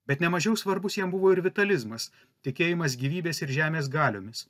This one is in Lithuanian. bet nemažiau svarbus jam buvo ir vitalizmas tikėjimas gyvybės ir žemės galiomis